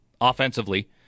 Offensively